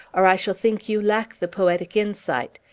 or i shall think you lack the poetic insight.